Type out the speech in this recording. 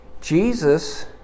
Jesus